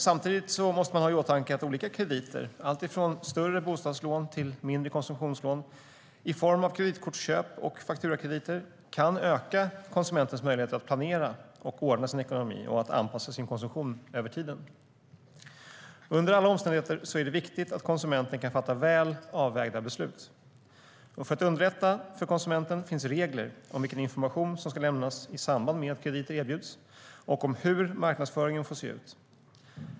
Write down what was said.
Samtidigt måste man ha i åtanke att olika krediter - alltifrån större bostadslån till mindre konsumtionslån i form av kreditkortsköp och fakturakrediter - kan öka konsumentens möjligheter att planera och ordna sin ekonomi och att anpassa sin konsumtion över tiden. Under alla omständigheter är det viktigt att konsumenten kan fatta väl avvägda beslut. För att underlätta för konsumenten finns regler om vilken information som ska lämnas i samband med att krediter erbjuds och om hur marknadsföringen får se ut.